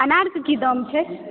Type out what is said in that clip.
अनारके की दाम छै